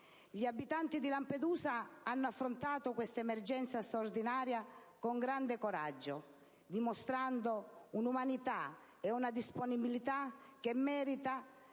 Gli abitanti di Lampedusa hanno affrontato questa emergenza straordinaria con grande coraggio, dimostrando un'umanità e una disponibilità che merita